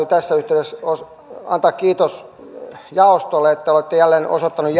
tässä yhteydessä antaa kiitos jaostolle että olette jälleen osoittaneet